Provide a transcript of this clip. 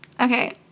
Okay